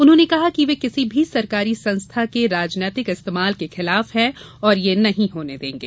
उन्होंने कहा कि वे किसी भी सरकारी संस्था के राजनीतिक इस्तेमाल के खिलाफ है और यह नहीं होने देंगे